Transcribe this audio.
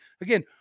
Again